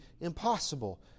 impossible